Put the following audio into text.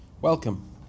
Welcome